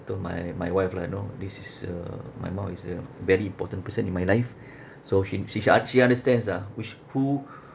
to my my wife lah you know this is uh my mum is a very important person in my life so she she sha~ she understands ah which who